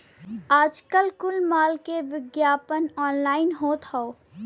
आजकल कुल माल के विग्यापन ऑनलाइन होत हौ